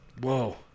Whoa